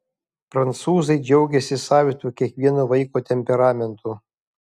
prancūzai džiaugiasi savitu kiekvieno vaiko temperamentu